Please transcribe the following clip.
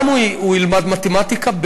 גם הוא ילמד מתמטיקה,